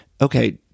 Okay